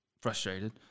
frustrated